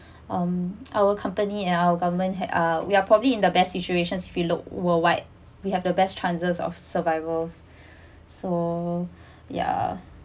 um our company and our government had uh we are probably in the best situations if you look worldwide we have the best chances of survival so ya